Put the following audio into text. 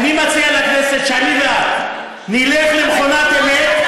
אני מציע לכנסת שאני ואת נלך למכונת אמת,